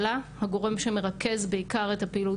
יודע להנחות לעשות את התהליך ביעילות.